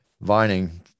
Vining